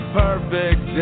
perfect